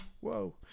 whoa